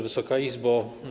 Wysoka Izbo!